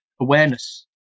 awareness